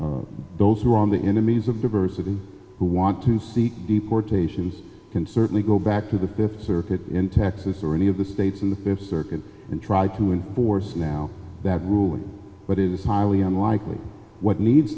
to those who are on the enemies of diversity who want to see deportation can certainly go back to the fifth circuit in texas or any of the states in the circuit and try to and bourse now that rule but it is highly unlikely what needs